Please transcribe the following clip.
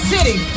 City